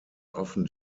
often